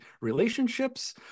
relationships